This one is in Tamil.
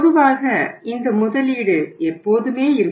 பொதுவாக இந்த முதலீடு எப்போதுமே இருக்கும்